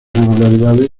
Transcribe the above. irregularidades